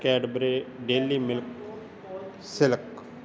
Cadbury dairy milk silk